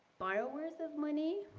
borrowers of money,